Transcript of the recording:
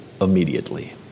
immediately